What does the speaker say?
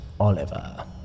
Oliver